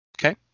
Okay